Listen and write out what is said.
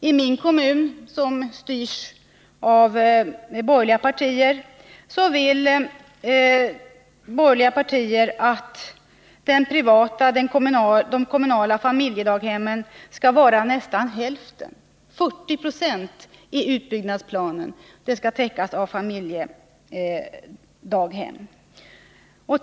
I min kommun, som styrs av borgerliga partier, vill man att de kommunala familjedaghemmen skall täcka nästan hälften, nämligen 40 96, av utbyggnadsplanen.